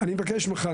אני מבקש ממך,